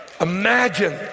Imagine